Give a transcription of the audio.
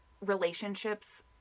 relationships